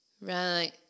Right